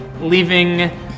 leaving